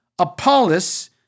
Apollos